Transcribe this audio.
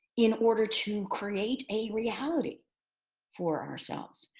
in order to create a reality for ourselves.